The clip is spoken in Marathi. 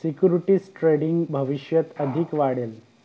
सिक्युरिटीज ट्रेडिंग भविष्यात अधिक वाढेल